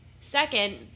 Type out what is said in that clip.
Second